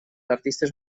artistes